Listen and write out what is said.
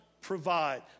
provide